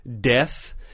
Death